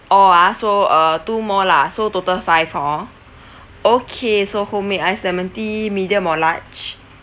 all ah so uh two more lah so total five hor okay so homemade ice lemon tea medium or large